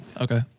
Okay